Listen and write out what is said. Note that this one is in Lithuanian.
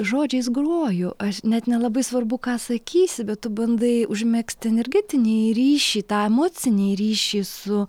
žodžiais groju aš net nelabai svarbu ką sakysi bet tu bandai užmegzti energetinį ryšį tą emocinį ryšį su